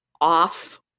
off